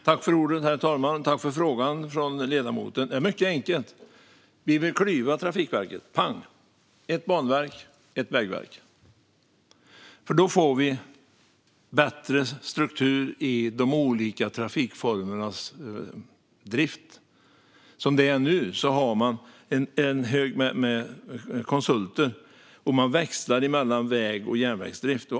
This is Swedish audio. Herr talman! Jag tackar ledamoten för frågan. Det är mycket enkelt. Vi vill klyva Trafikverket - pang! - i ett banverk och ett vägverk. Då får vi bättre struktur i de olika trafikformernas drift. Som det är nu har man en hög med konsulter, och man växlar mellan väg och järnvägsdrift.